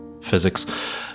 physics